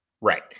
Right